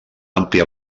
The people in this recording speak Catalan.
àmplia